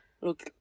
look